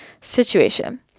situation